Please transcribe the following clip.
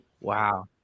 wow